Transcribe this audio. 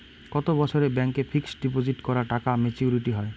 কত বছরে ব্যাংক এ ফিক্সড ডিপোজিট করা টাকা মেচুউরিটি হয়?